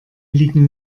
liegen